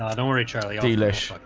um don't worry charlie delish